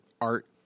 art